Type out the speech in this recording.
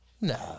No